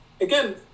again